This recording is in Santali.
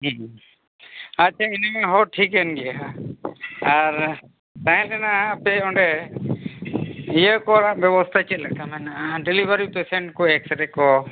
ᱦᱮᱸ ᱟᱪᱪᱷᱟ ᱤᱱᱟᱹ ᱦᱚᱸ ᱴᱷᱤᱠᱟᱹᱱ ᱜᱮᱭᱟ ᱟᱨ ᱛᱟᱦᱮᱱ ᱨᱮᱱᱟᱜ ᱟᱯᱮ ᱚᱸᱰᱮ ᱤᱭᱟᱹ ᱠᱚᱨᱮᱱᱟᱜ ᱵᱮᱵᱚᱥᱛᱷᱟ ᱪᱮᱫ ᱞᱮᱠᱟ ᱢᱮᱱᱟᱜᱼᱟ ᱰᱮᱞᱤᱵᱷᱟᱨᱤ ᱯᱮᱥᱮᱱᱴ ᱠᱚ ᱮᱠᱥᱨᱮᱠᱚ